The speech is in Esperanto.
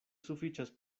sufiĉas